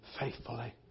Faithfully